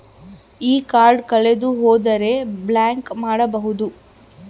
ಈ ಕಾರ್ಡ್ ಕಳೆದು ಹೋದರೆ ಬ್ಲಾಕ್ ಮಾಡಬಹುದು?